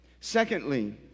Secondly